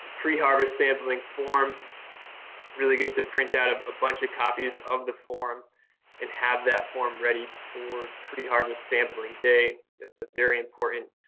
pre-harvest sampling form really good to print out a bunch of copies of the form and have that form ready for pre-harvest sampling day. it's a very important